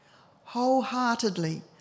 Wholeheartedly